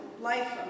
life